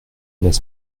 n’est